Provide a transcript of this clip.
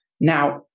now